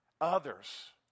others